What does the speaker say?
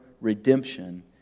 redemption